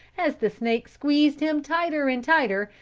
as the snake squeezed him tighter and tighter,